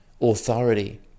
authority